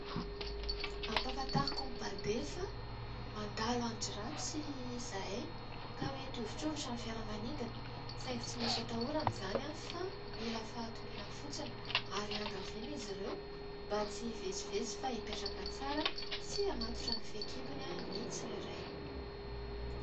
Ampahafantariko ny mpandeha fa mandalo andro ratsy izahay ka mety hihovitrotra ny fiaramanidina. Saingy tsy misy atahorana izany fa mila fahatoniana fotsiny, ary iangaviana izy ireo mba tsy hivezivezy fa hipetraka tsara sy hamatotra ny fehikibony ny tsirairay.